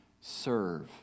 serve